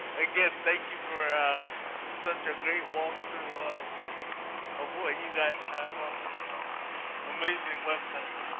again, thank you for such a great walk-through of of what you guys have on this amazing website.